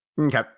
Okay